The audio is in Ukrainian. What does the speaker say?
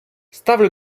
ставлю